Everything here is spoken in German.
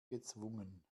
gezwungen